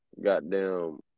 goddamn